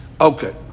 Okay